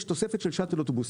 יש תוספת של שאטל אוטובוסים.